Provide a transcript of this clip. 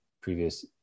previous